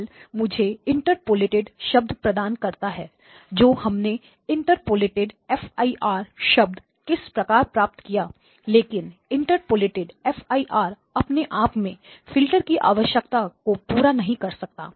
zL मुझे interpolated शब्द प्रदान करता है तो हमने इंटरपोलेटेड FIR शब्द किस प्रकार प्राप्त किया लेकिन इंटरपोलेटेड fir अपने आप में फिल्टर की आवश्यकता को पूरा नहीं कर सकता